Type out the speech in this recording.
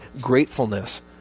gratefulness